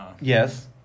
Yes